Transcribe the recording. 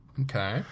Okay